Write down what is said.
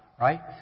right